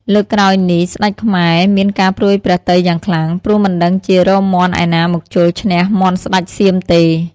លើកក្រោយនេះ ស្ដេចខ្មែរមានការព្រួយព្រះទ័យយ៉ាងខ្លាំង ព្រោះមិនដឹងជារកមាន់ឯណាមកជល់ឈ្នះមាន់ស្ដេចសៀមទេ។